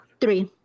three